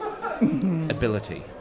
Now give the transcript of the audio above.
ability